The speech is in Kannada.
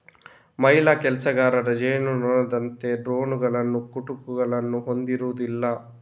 ಮಹಿಳಾ ಕೆಲಸಗಾರ ಜೇನುನೊಣದಂತೆ ಡ್ರೋನುಗಳು ಕುಟುಕುಗಳನ್ನು ಹೊಂದಿರುವುದಿಲ್ಲ